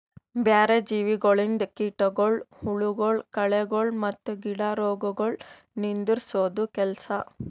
ಬ್ಯಾರೆ ಜೀವಿಗೊಳಿಂದ್ ಕೀಟಗೊಳ್, ಹುಳಗೊಳ್, ಕಳೆಗೊಳ್ ಮತ್ತ್ ಗಿಡ ರೋಗಗೊಳ್ ನಿಂದುರ್ಸದ್ ಕೆಲಸ